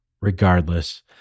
Regardless